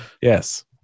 yes